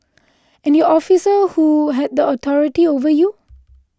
and your officer who had the authority over you